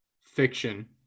fiction